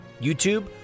YouTube